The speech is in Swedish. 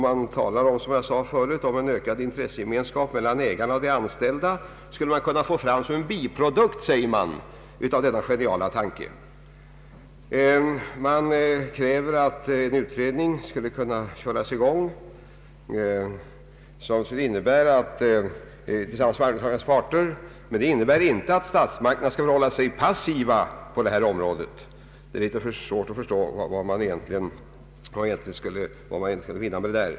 Det heter också, som jag tidigare sade: ”Som en värefull bieffekt skulle det få en ökad intressegemenskap mellan företagens ägare och anställda.” I denna reservation krävs att en utredning skulle sättas i gång tillsammans med arbetsmarknadens parter, vilket emellertid inte skulle innebära att statsmakterna skulle hålla sig passiva på detta område. — Det är svårt att förstå vad man egentligen skulle vinna därigenom.